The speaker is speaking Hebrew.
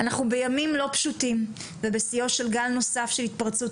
אנחנו בימים לא פשוטים ובשיאו של גל נוסף של התפרצות